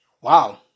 Wow